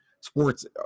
Sports